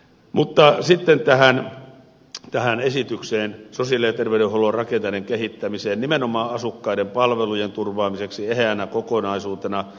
mutta sitten tähän esitykseen sosiaali ja terveydenhuollon rakenteiden kehittämiseen nimenomaan asukkaiden palvelujen turvaamiseksi eheänä kokonaisuutena